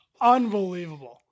Unbelievable